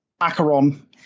Acheron